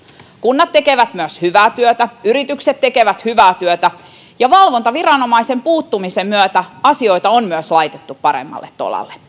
kunnat tekevät myös hyvää työtä yritykset tekevät hyvää työtä ja valvontaviranomaisen puuttumisen myötä asioita on myös laitettu paremmalle tolalle